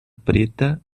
preta